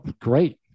Great